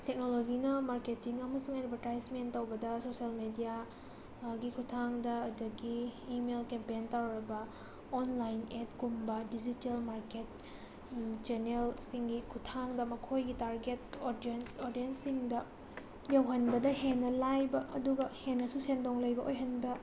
ꯇꯦꯛꯅꯣꯂꯣꯖꯤꯅ ꯃꯥꯔꯀꯦꯠꯇꯤꯡ ꯑꯃꯁꯨꯡ ꯑꯦꯠꯕꯔꯇꯥꯏꯖꯃꯦꯟ ꯇꯧꯕꯗ ꯁꯣꯁꯦꯜ ꯃꯦꯗꯤꯌꯥ ꯒꯤ ꯈꯨꯠꯊꯥꯡꯗ ꯑꯗꯒꯤ ꯏꯃꯦꯜ ꯀꯦꯝꯄꯦꯟ ꯇꯧꯔꯒ ꯑꯣꯟꯂꯥꯏꯟ ꯑꯦꯠ ꯀꯨꯝꯕ ꯗꯤꯖꯤꯇꯦꯜ ꯃꯥꯔꯀꯦꯠ ꯆꯦꯅꯦꯜꯁꯤꯡꯒꯤ ꯈꯨꯠꯊꯥꯡꯗ ꯃꯈꯣꯏꯒꯤ ꯇꯥꯔꯒꯦꯠ ꯑꯣꯗꯤꯌꯦꯟꯁ ꯑꯣꯗꯤꯌꯦꯟꯁꯁꯤꯡꯗ ꯌꯧꯍꯟꯕꯗ ꯍꯦꯟꯅ ꯂꯥꯏꯕ ꯑꯗꯨꯒ ꯍꯦꯟꯅꯁꯨ ꯁꯦꯟꯗꯣꯡ ꯂꯩꯕ ꯑꯣꯏꯍꯟꯕ